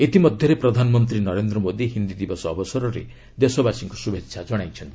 ଇତିମଧ୍ୟରେ ପ୍ରଧାନମନ୍ତ୍ରୀ ନରେନ୍ଦ୍ର ମୋଦି ହିନ୍ଦୀ ଦିବସ ଅବସରରେ ଦେଶବାସୀଙ୍କୁ ଶ୍ରଭେଚ୍ଛ ଜଣାଇଛନ୍ତି